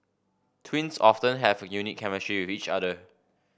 twins often have a unique chemistry with each other